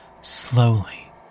slowly